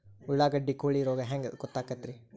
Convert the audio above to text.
ಉಳ್ಳಾಗಡ್ಡಿ ಕೋಳಿ ರೋಗ ಹ್ಯಾಂಗ್ ಗೊತ್ತಕ್ಕೆತ್ರೇ?